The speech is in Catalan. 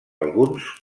alguns